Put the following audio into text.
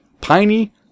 piney